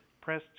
press